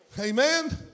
Amen